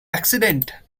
accident